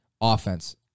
offense